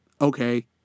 okay